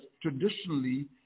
traditionally